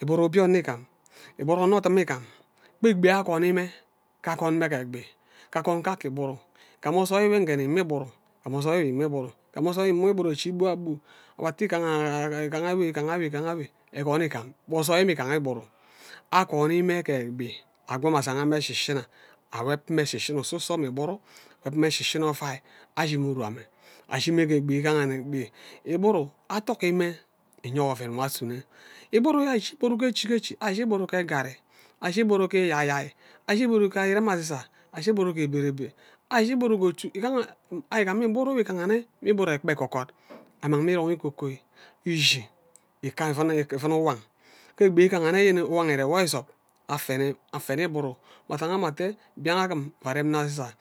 igburu obie onne igam igburu onno odum igam gbe egbi akwani mme ka kwon mme ge egbi ku kwon ka ke igburu igam ozoi nwi ini ima igburu ozoi nwe ima igburu ozoi nwe ima ighura ushi gbua agbu egon igam mme osai mme igaha igburu akwoni mme ghe egbi akwam ashiga mme shishina anib mme shishina isuso mme igburu anib mme shishina ovai ashi mme uru amme ashi mme ghe egbi igaha egbi igburu adoki mme inyen wo oven nwo asuno igburu ari je igburu ke echi ke echi aje ighuru gburu ge ngari aje igbu nke eyaeyai aje ogburu ge ari irem azak am shi igburu ghe ebere be ashi igburu ge otu ariigam igburu enwe igaha nne mme igburu ekpa ege gwud ari mang mme irong iko koi ishi ika mme ivun uwan ge egbi ikan igere arem sesan